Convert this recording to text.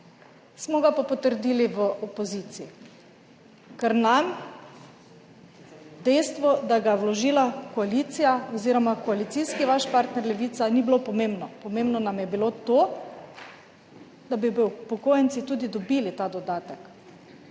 Smo ga pa potrdili v opoziciji, ker nam dejstvo, da ga je vložila koalicija oziroma vaš koalicijski partner Levica ni bilo pomembno. Pomembno nam je bilo to, da bi upokojenci tudi dobili ta dodatek.